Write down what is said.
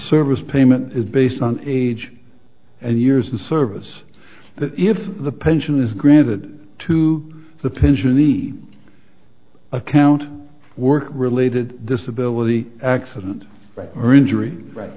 service payment is based on age and years of service that if the pension is granted to the pension the account work related disability accident or injury right